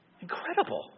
Incredible